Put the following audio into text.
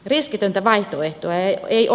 riskitöntä vaihtoehtoa ei aio